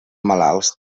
malalts